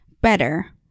better